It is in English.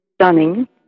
stunning